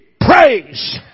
praise